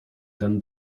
ten